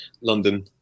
London